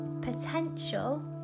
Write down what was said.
potential